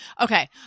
Okay